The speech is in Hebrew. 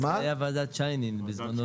זה היה ועדת שיינין בזמנו.